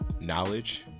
knowledge